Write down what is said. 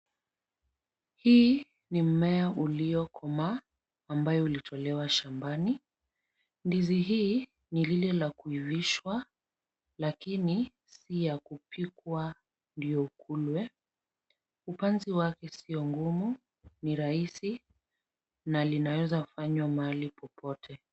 Hii ni mmea uliokomaa ambayo uliotolewa shambani ndizi hii ni lile ya kuivishwa lakini si ya kupikwa ndio ukulwe . Upanzi wake sio ngumu ni rahisi na linaweza kufanywa mahali popote.